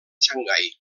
xangai